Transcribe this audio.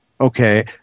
Okay